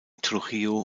trujillo